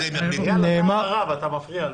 אתה אחריו ואתה מפריע לו.